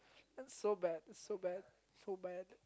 that's so bad is so bad so bad